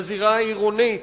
בזירה העירונית.